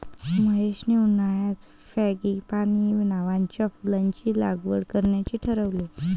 महेशने उन्हाळ्यात फ्रँगीपानी नावाच्या फुलाची लागवड करण्याचे ठरवले